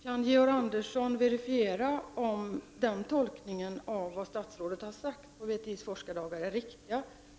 Kan Georg Andersson verifiera att den tolkningen av vad han har sagt på VTI:s forskardagar är riktig?